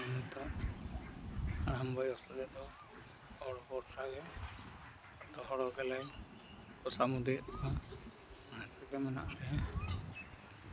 ᱱᱤᱛᱚᱜ ᱦᱟᱲᱟᱢ ᱵᱚᱭᱚᱥ ᱨᱮᱫᱚ ᱦᱚᱲ ᱵᱷᱚᱨᱥᱟᱜᱮ ᱦᱚᱲ ᱜᱮᱞᱮ ᱠᱚᱥᱟᱢᱩᱫᱤᱭᱮᱫ ᱠᱚᱣᱟ ᱟᱱᱟᱴ ᱨᱮᱜᱮ ᱢᱮᱱᱟᱜ ᱞᱮᱭᱟ